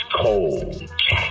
cold